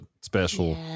special